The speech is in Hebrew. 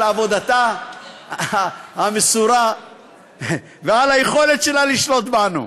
על עבודתה המסורה ועל היכולת שלה לשלוט בנו.